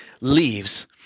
leaves